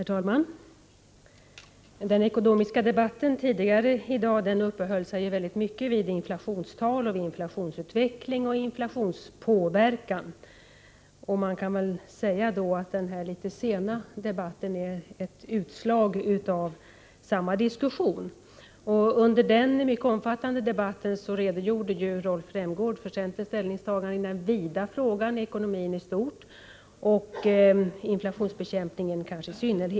Herr talman! Den ekonomiska debatten tidigare i dag uppehöll sig mycket vid inflationstal, inflationsutveckling och inflationspåverkan. Man kan väl säga att denna litet sena debatt är ett utslag av samma diskussion. Under förmiddagens mycket omfattande debatt redogjorde Rolf Rämgård för centerns ställningstaganden när det gäller den vida frågan ekonomin i stort och, kanske i synnerhet, inflationsbekämpningen.